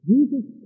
Jesus